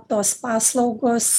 tos paslaugos